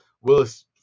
Willis